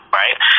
right